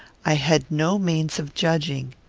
i had no means of judging.